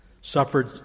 suffered